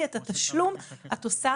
כי את התשלום את עושה